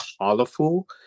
colorful